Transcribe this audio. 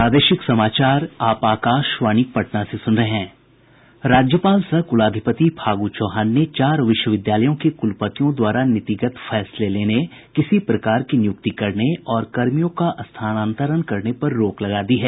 राज्यपाल सह कुलाधिपति फागू चौहान ने चार विश्वविद्यालयों के कुलपतियों द्वारा नीतिगत फैसले लेने किसी प्रकार की नियुक्ति करने और कर्मियों का स्थानांतरण करने पर रोक लगा दी है